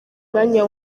mwanya